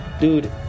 dude